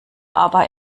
aber